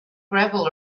gravel